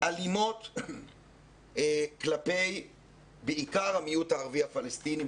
אלימות כלפי בעיקר המיעוט הערבי-הפלסטיני,